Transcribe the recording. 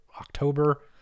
October